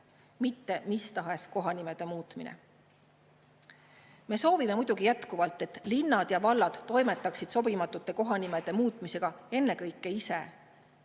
mitte mis tahes kohanimede muutmine. Me soovime muidugi jätkuvalt, et linnad ja vallad toimetaksid sobimatute kohanimede muutmisega ennekõike ise.